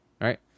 right